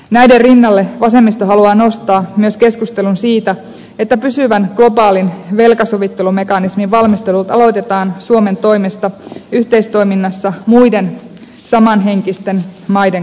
näiden rinnalle vasemmisto haluaa nostaa myös keskustelun siitä että pysyvän globaalin velkasovittelumekanismin valmistelut aloitetaan suomen toimesta yhteistoiminnassa muiden samanhenkisten maiden kanssa